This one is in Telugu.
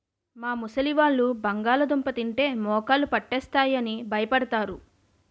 మా ముసలివాళ్ళు బంగాళదుంప తింటే మోకాళ్ళు పట్టేస్తాయి అని భయపడతారు